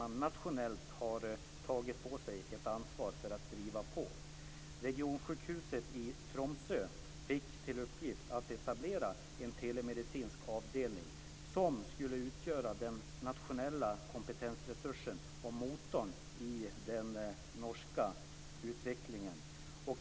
Man har nationellt tagit på sig ett ansvar för att driva på detta. Regionsjukhuset i Tromsö har fått i uppgift att etablera en telemedicinsk avdelning som skulle utgöra den nationella kompetensresursen och motorn i den norska utvecklingen.